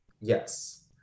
Yes